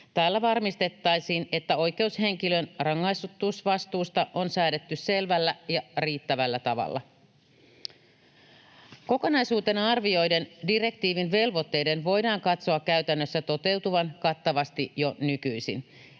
Tällä varmistettaisiin, että oikeushenkilön rangaistusvastuusta on säädetty selvällä ja riittävällä tavalla. Kokonaisuutena arvioiden direktiivin velvoitteiden voidaan katsoa käytännössä toteutuvan kattavasti jo nykyisin.